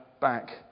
back